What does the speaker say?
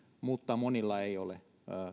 mutta monilla ei ole